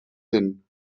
hin